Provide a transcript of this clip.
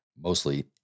mostly